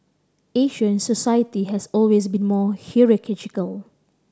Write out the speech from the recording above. Asian society has always been more hierarchical